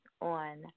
on